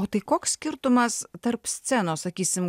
o tai koks skirtumas tarp scenos sakysim